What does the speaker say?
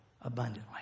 abundantly